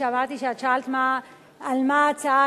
שמעתי שאת שאלת על מה ההצעה,